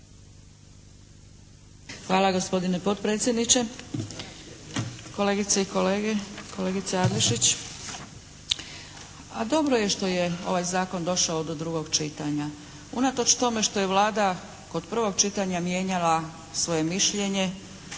Hvala gospodine potpredsjedniče. Kolegice i kolege, kolegice Adlešić. Dobro je što je ovaj zakon došao do drugog čitanja unatoč tome što je Vlada kod prvog čitanja mijenjala svoje mišljenje,